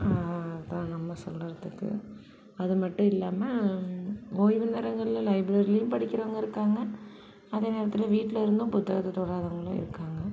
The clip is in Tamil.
அதான் நம்ம சொல்கிறதுக்கு அது மட்டும் இல்லாமல் ஓய்வு நேரங்களில் லைப்ரரிலேயும் படிக்கிறவங்க இருக்காங்க அதே நேரத்தில் வீட்டில் இருந்தும் புத்தகத்தை தொடாதவங்களும் இருக்காங்க